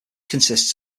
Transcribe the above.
consists